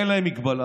אין להם מגבלה,